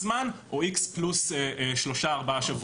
זמן או איקס פלוס שלושה-ארבעה שבועות.